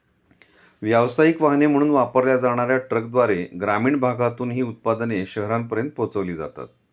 व्यावसायिक वाहने म्हणून वापरल्या जाणार्या ट्रकद्वारे ग्रामीण भागातून ही उत्पादने शहरांपर्यंत पोहोचविली जातात